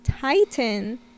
titan